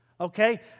okay